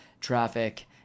traffic